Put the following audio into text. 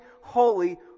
holy